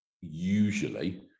usually